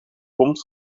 komt